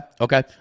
Okay